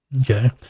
Okay